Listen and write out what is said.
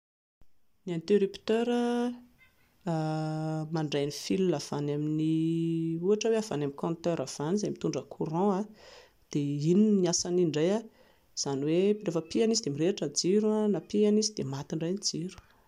Ny intérrupteur mandray ny fil avy any amin'ny, ohatra hoe avy any amin'ny compteur avy any izay mitondra courrant dia iny ny asan'iny indray izany hoe rehefa pihina izy dia mirehitra ny jiro na pihina izy dia maty indray ny jiro